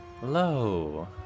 Hello